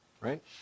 right